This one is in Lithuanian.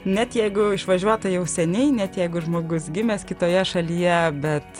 net jeigu išvažiuota jau seniai net jeigu ir žmogus gimęs kitoje šalyje bet